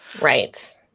right